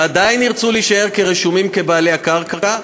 ועדיין ירצו להישאר רשומים כבעלי הקרקע,